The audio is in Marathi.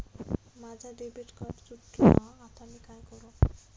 माझा डेबिट कार्ड तुटला हा आता मी काय करू?